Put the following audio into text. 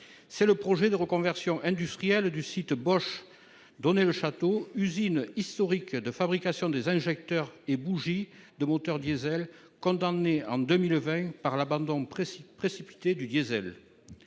C'est le projet de reconversion industrielle du site Bosch d'Onet-le-Château, usine historique de fabrication des injecteurs et des bougies de moteur diesel, condamnée en 2020 par l'abandon précipité du diesel.